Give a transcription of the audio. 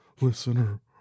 Listener